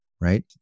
right